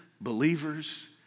believers